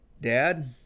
Dad